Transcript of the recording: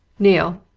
neale!